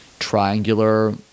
Triangular